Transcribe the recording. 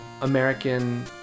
American